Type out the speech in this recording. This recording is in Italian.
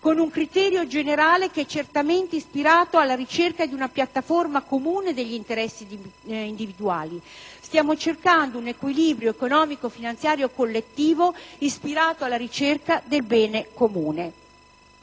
con un criterio generale che è certamente ispirato alla ricerca di una piattaforma comune degli interessi individuali. Stiamo cercando un equilibrio economico-finanziario collettivo, ispirato alla ricerca del bene comune.